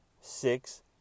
six